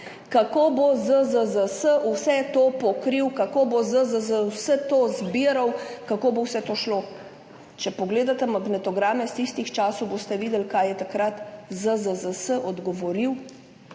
kako bo ZZZS vse to pokril, kako bo ZZZS vse to zbiral, kako bo vse to šlo. Če pogledate magnetograme iz tistih časov, boste videli, kaj je takrat ZZZS odgovoril,